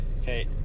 Okay